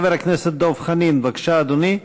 חבר הכנסת דב חנין, בבקשה, אדוני.